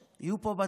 יהיו פה 10,000 איש.